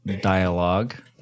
dialogue